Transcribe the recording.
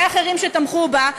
ואחרים שתמכו בה,